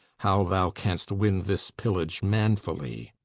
how thou canst win this pillage manfully.